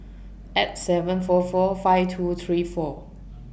eight seven four four five two three four